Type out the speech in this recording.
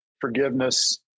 forgiveness